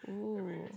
oh